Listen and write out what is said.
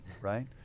right